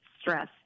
stress